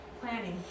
planning